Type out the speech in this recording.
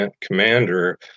Commander